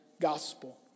gospel